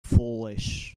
foolish